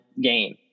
game